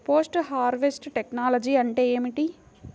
Post harvest technology అంటే ఏమిటి?